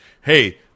Hey